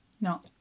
No